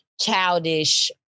childish